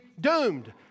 doomed